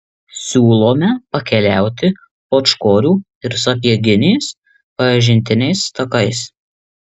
siūlome pakeliauti pūčkorių ir sapieginės pažintiniais takais